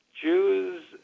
Jews